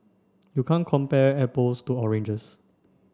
you can't compare apples to oranges